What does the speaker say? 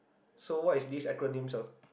so what's this acronym of